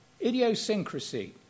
Idiosyncrasy